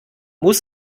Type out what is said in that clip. muss